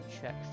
check